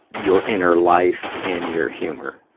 your inner life and your humor.